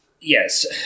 Yes